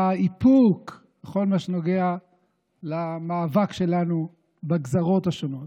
האיפוק בכל מה שנוגע למאבק שלנו בגזרות השונות.